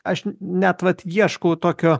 aš net vat ieškau tokio